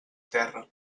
terra